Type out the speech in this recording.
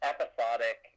episodic